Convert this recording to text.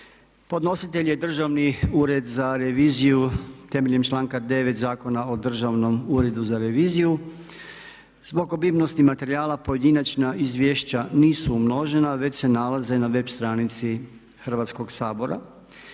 Podnositelj: Državni ured za reviziju Temeljem članka 9. Zakona o Državnom uredu za reviziju. Zbog obimnosti materijala pojedinačna izvješća nisu umnožena već se nalaze na web stranici Hrvatskoga sabora.